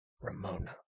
Ramona